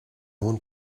want